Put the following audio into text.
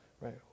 right